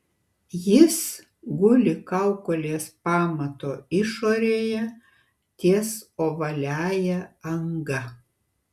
jis guli kaukolės pamato išorėje ties ovaliąja anga